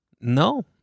No